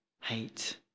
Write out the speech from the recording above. hate